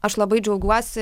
aš labai džiaugiuosi